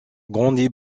grandi